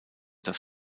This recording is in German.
das